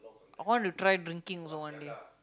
I want to try drinking also one day